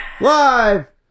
live